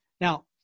Now